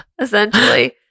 Essentially